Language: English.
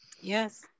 Yes